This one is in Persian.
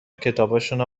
کتابشونو